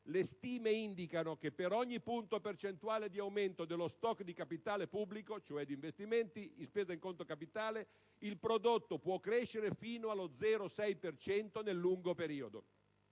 le stime indicano che per ogni punto percentuale di aumento dello *stock* di capitale pubblico, cioè di investimenti in spese in conto capitale, il prodotto può crescere fino allo 0,6 per cento nel lungo periodo.